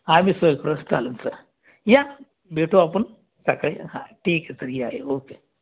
आणि सर प्रस चालल सर या भेटू आपण सकाळी हा ठीकए सर या ओके